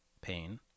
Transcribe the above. pain